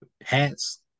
hats